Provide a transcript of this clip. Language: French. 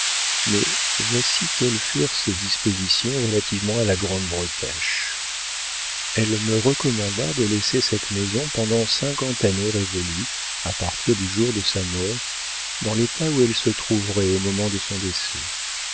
mais voici quelles furent ses dispositions relativement à la grande bretèche elle me recommanda de laisser cette maison pendant cinquante années révolues à partir du jour de sa mort dans l'état où elle se trouverait au moment de son décès